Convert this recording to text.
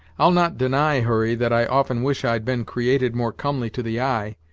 i'll not deny, hurry, that i often wish i'd been created more comely to the eye,